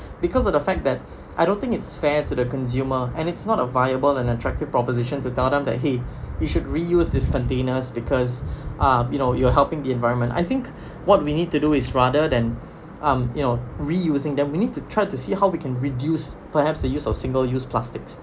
because of the fact that I don't think it's fair to the consumer and it's not a viable and attractive proposition to tell them that !hey! you should reuse these containers because uh you know you are helping the environment I think what we need to do is rather than um you know reusing them we need to try to see how we can reduce perhaps the use of single use plastics